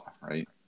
right